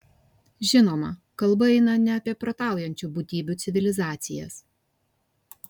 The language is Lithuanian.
žinoma kalba eina ne apie protaujančių būtybių civilizacijas